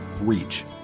reach